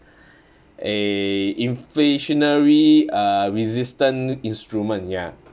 a inflationary uh resistant instrument ya